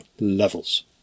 levels